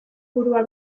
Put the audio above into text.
burua